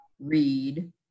read